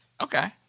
Okay